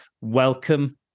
Welcome